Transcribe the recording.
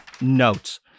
notes